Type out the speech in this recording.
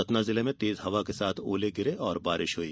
सतना जिले में तेज हवा के साथ ओले गिरे और बारिष हई